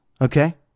Okay